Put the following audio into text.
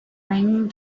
raining